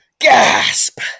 Gasp